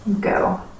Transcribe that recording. go